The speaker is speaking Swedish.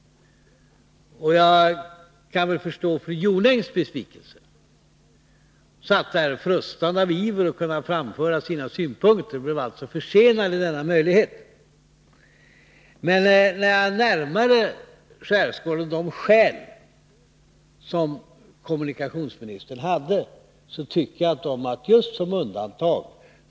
Jag kan förstå fru Jonängs besvikelse — hon satt där och frustade av iver att få framföra sina synpunkter och fick vänta med att göra det. Men när jag närmare hade skärskådat de skäl som kommunikationsministern hade för dröjsmålet tyckte jag att de var giltiga just som undantag.